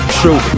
true